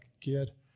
get